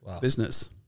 business